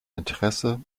interesse